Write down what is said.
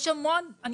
אני